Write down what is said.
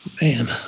Man